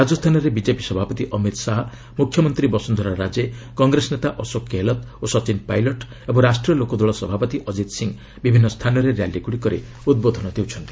ରାଜସ୍ଥାନରେ ବିଜେପି ସଭାପତି ଅମିତ ଶାହା ମୁଖ୍ୟମନ୍ତ୍ରୀ ବସୁନ୍ଧରା ରାଜେ କଂଗ୍ରେସ ନେତା ଅଶୋକ ଗେହଲତ ଓ ସଚିନ ପାଇଲଟ ଏବଂ ରାଷ୍ଟ୍ରୀୟ ଲୋକଦଳ ସଭାପତି ଅଜିତ ସିଂହ ବିଭିନ୍ନ ସ୍ଥାନରେ ର୍ୟାଲି ଗୁଡ଼ିକରେ ଉଦ୍ବୋଧନ ଦେଉଛନ୍ତି